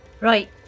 Right